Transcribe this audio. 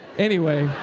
anyway,